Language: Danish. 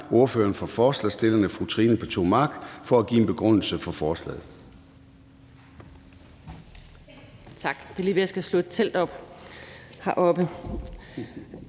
ordføreren for forslagsstillerne, fru Trine Pertou Mach, for at give en begrundelse for forslaget.